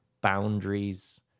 boundaries